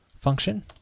function